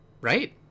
right